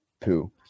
poo